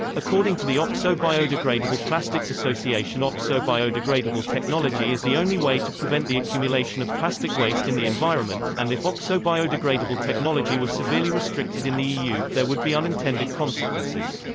according to the oxo-biodegradable plastics association oxo-biodegradable technology is the only way to prevent the accumulation of plastic waste in the environment and if oxo-biodegradable technology were severely restricted in the eu, there would be unintended consequences.